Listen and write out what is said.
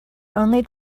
only